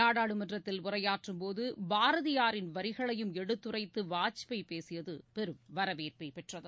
நாடாளுமன்றத்தில் உரையாற்றும்போது பாரதியாரின் வரிகளையும் எடுத்துரைத்து வாஜ்பாய் பேசியது பெரும் வரவேற்பை பெற்றது